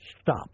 stop